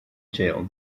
jail